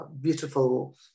beautiful